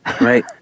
Right